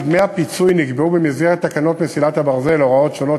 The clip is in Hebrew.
כי דמי הפיצוי נקבעו במסגרת תקנות מסילת הברזל (הוראות שונות,